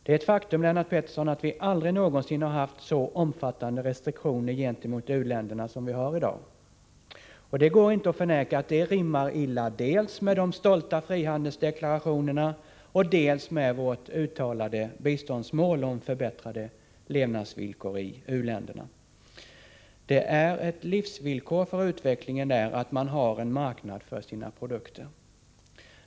Det är ett faktum, Lennart Pettersson, att vi aldrig någonsin har haft så omfattande restriktioner gentemot u-länderna som vi har i dag. Det går inte att förneka att detta rimmar illa dels med de stolta frihandelsdeklarationerna, dels med vårt uttalade biståndsmål om förbättrade levnadsvillkor i u-länderna. Det är ett livsvillkor för utvecklingen där att man har en marknad för sina produkter.